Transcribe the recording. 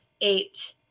eight